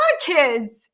kids